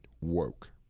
woke